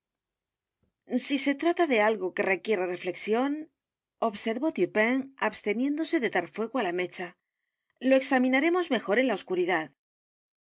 si se t r a t a de algo que requiere reflexión observó dupin absteniéndose de dar fuego á la mecha lo examinaremos mejor en la oscuridad